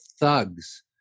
thugs